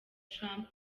trump